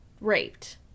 raped